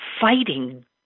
fighting